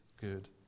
good